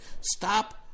stop